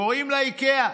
קוראים לה איקאה.